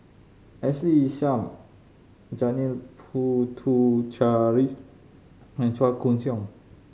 Ashley Isham Janil Puthucheary and Chua Koon Siong